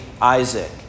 Isaac